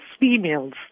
females